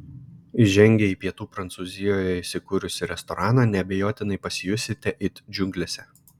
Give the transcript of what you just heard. įžengę į pietų prancūzijoje įsikūrusį restoraną neabejotinai pasijusite it džiunglėse